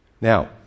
Now